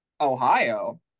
Ohio